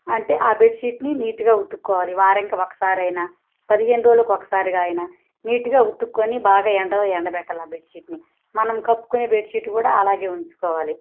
అంటే ఆ బెడ్షీట్ని నీట్గా ఉతుక్కోవాలి వారు ఇంకా ఒకసారయినా పదిహేను రోజులకు ఒకసారిగా అయినా నీట్గా ఉతుక్కొని బాగా ఎండ ఎండబెట్టాలి ఆ బెడ్షీట్ని మనం కప్పుకునే బెడ్షీట్ని కూడా అలాగే ఉంచుకోవాలి